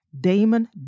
Damon